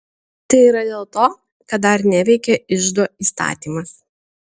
tai yra dėl to kad dar neveikia iždo įstatymas